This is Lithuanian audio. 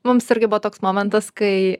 mums irgi buvo toks momentas kai